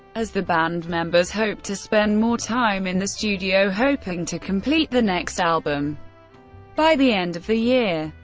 as the band members hoped to spend more time in the studio, hoping to complete the next album by the end of the year.